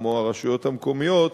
כמו הרשויות המקומיות,